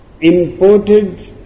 imported